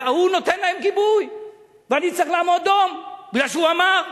והוא נותן להם גיבוי ואני צריך לעמוד דום מפני שהוא אמר.